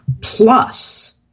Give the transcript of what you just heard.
plus